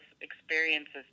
experiences